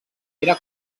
era